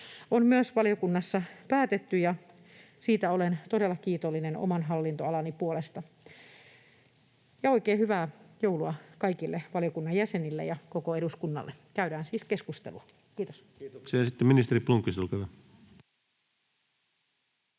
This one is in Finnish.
on valiokunnassa päätetty, ja siitä olen todella kiitollinen oman hallintoalani puolesta. Oikein hyvää joulua kaikille valiokunnan jäsenille ja koko eduskunnalle. Käydään siis keskustelua. — Kiitos. Kiitoksia.